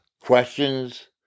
questions